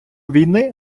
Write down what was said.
війни